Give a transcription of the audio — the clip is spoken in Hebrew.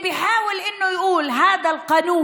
אני מדברת בערבית